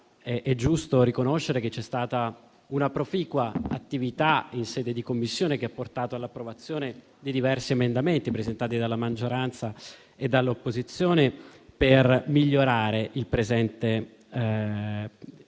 è giusto riconoscere che c'è stata una proficua attività in sede di Commissione, che ha portato all'approvazione di diversi emendamenti presentati dalla maggioranza e dall'opposizione per migliorare il presente